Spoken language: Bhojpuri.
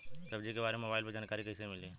सब्जी के बारे मे मोबाइल पर जानकारी कईसे मिली?